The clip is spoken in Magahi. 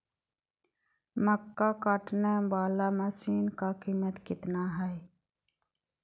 मक्का कटने बाला मसीन का कीमत कितना है?